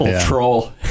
troll